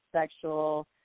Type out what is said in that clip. sexual